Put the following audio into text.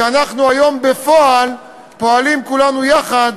כי אנחנו היום, בפועל, פועלים כולנו יחד